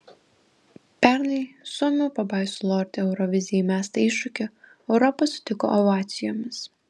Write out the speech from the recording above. pernai suomių pabaisų lordi eurovizijai mestą iššūkį europa sutiko ovacijomis